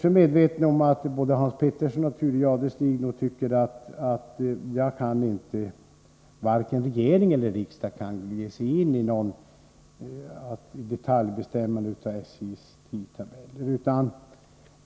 Jag har noterat att både Hans Petersson i Hallstahammar och Thure Jadestig håller med om att varken regeringen eller riksdagen kan gå in i något detaljbestämmande när det gäller SJ:s tidtabeller.